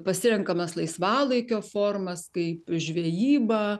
pasirenkamas laisvalaikio formas kaip žvejyba